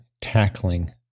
tackling